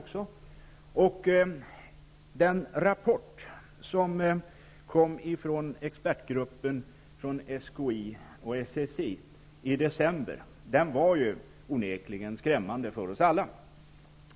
Den rapport som kom från expertgruppen inom SKI och SSI i december var ju onekligen skrämmande för oss alla.